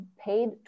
paid